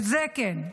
כן.